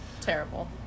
Terrible